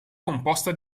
composta